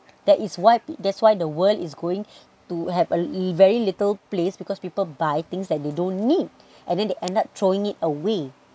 that is what that's why the world is going to have a very little place because people buy things that they don't need and then they end up throwing it away